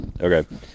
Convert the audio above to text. Okay